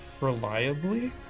reliably